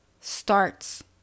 starts